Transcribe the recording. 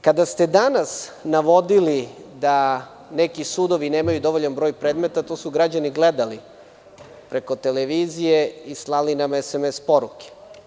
Kada ste danas navodili da neki sudovi nemaju dovoljan broj predmeta, to su građani gledali preko televizije i slali nam SMS poruke.